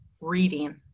reading